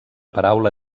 paraula